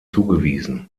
zugewiesen